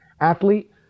athlete